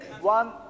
One